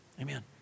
Amen